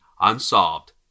unsolved